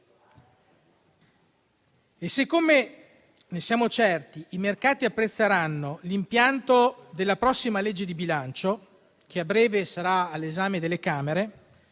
a ruba. Siamo certi che i mercati apprezzeranno l'impianto della prossima legge di bilancio, che a breve sarà all'esame delle Camere,